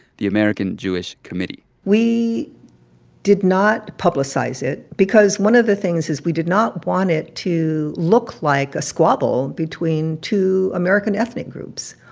the american jewish committee we did not publicize it because one of the things is we did not want it to look like a squabble between two american ethnic groups.